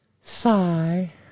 Sigh